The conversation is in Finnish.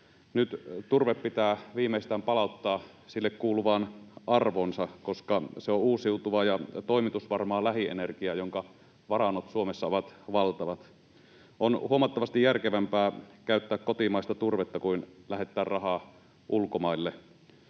Nyt turve pitää viimeistään palauttaa sille kuuluvaan arvoonsa, koska se on uusiutuvaa ja toimitusvarmaa lähienergiaa, jonka varannot Suomessa ovat valtavat. On huomattavasti järkevämpää käyttää kotimaista turvetta kuin lähettää rahaa ulkomaille.